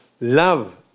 Love